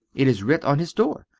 it is writ on his door,